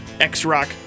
X-Rock